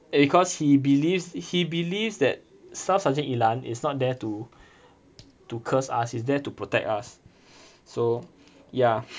cause he believes he believes that staff sergeant yi lan is not there to to curse us he is there to protect us so ya